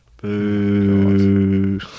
Boo